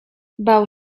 bał